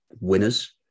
winners